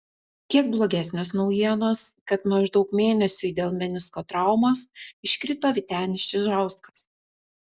kiek blogesnės naujienos kad maždaug mėnesiui dėl menisko traumos iškrito vytenis čižauskas